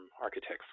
architects